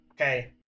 Okay